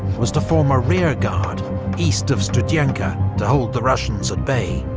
was to form a rearguard east of studienka to hold the russians at bay,